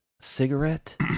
cigarette